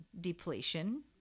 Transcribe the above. depletion